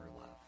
love